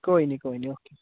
कोई निं कोई निं ओके